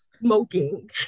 smoking